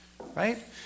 Right